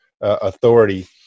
authority